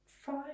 five